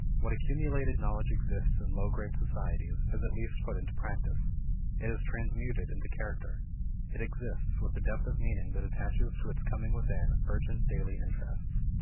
what accumulated knowledge exists in low grade societies is at least put into practice it is transmuted into character it exists with the depth of meaning that attaches to its coming within urgent daily interests.